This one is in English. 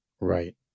Right